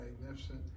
magnificent